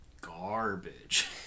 garbage